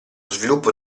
sviluppo